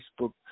Facebook